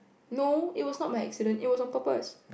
no it was not by accident it was on purpose